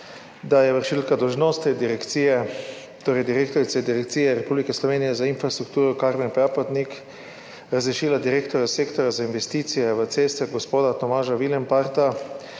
da je vršilka dolžnosti direktorice Direkcije Republike Slovenije za infrastrukturo Karmen Praprotnik razrešila direktorja Sektorja za investicije v ceste gospoda Tomaža Willenparta.